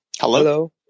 Hello